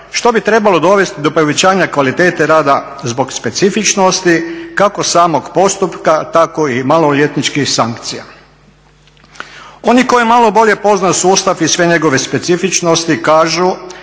što bi trebalo dovesti do povećanja kvalitete rada zbog specifičnosti kako samog postupka, tako i maloljetničkih sankcija. Oni koji malo bolje poznaju sustav i sve njegove specifičnosti kažu